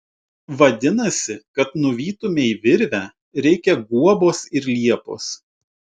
vadinasi kad nuvytumei virvę reikia guobos ir liepos